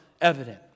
evident